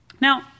Now